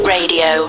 Radio